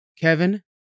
Kevin